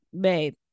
babe